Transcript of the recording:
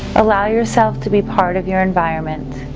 allow yourself to be part of your environment,